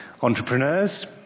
entrepreneurs